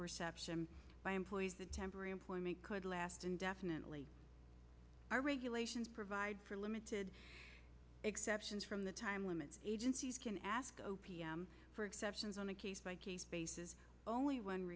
perception by employees that temporary employment could last indefinitely our regulations provide for limited exceptions from the time limits agencies can ask o p m for exceptions on a case by case basis only when